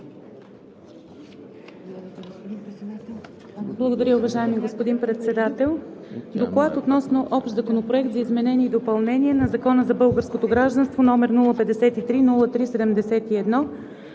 Благодаря Ви, уважаеми господин Председател. „Доклад относно Общ законопроект за изменение и допълнение на Закона за българското гражданство, № 053-03-71